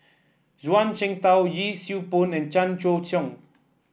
Zhuang Shengtao Yee Siew Pun and Chan Choy Siong